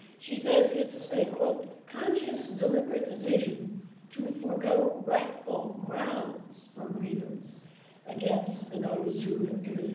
she says it's a conscious, deliberate decision to forego rightful grounds for grievance against those who have